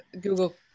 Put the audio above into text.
Google